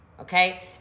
Okay